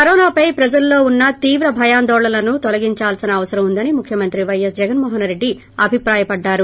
కరోనాపై ప్రజలలో ఉన్న తీవ్ర భయాందోళనలను తొలగిందాల్సిన అవసరం ఉందని ముఖ్యమంత్రి పైఎస్ జగన్మోహన్ రెడ్డి అభిప్రాయపడ్డారు